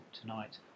tonight